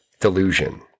delusion